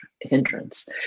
hindrance